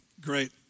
great